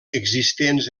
existents